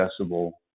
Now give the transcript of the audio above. accessible